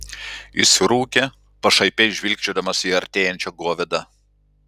jis rūkė pašaipiai žvilgčiodamas į artėjančią govėdą